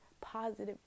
positive